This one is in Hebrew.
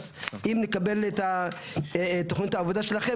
אז אם נקבל את תוכנית העבודה שלכם,